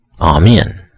Amen